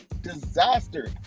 disaster